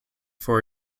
for